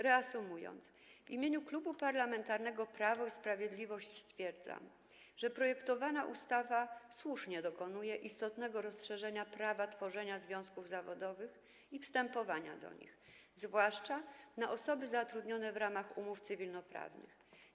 Reasumując, w imieniu Klubu Parlamentarnego Prawo i Sprawiedliwość stwierdzam, że projektowana ustawa słusznie dokonuje istotnego rozszerzenia prawa tworzenia związków zawodowych i wstępowania do nich, zwłaszcza na osoby zatrudnione w ramach umów cywilnoprawnych.